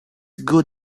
good